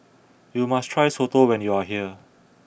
you must try Soto when you are here